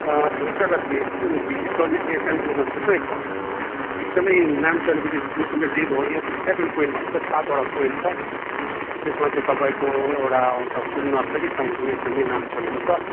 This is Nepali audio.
अँ टुरिस्टहरूलाई भिजिट गर्ने चाहिँ यहाँ कालिम्पोङमा थुप्रै छ एकदमै नाम चलेको चाहिँ दुर्पिन र डेलो हो यहाँ चाहिँ सेभेन पोइन्ट सातवटा पोइन्ट छ त्यसमा चाहिँ तपाईँको एउटा आउँछ फुल नर्सरी पायोनरी एकदमै नाम चलेको छ